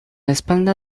espalda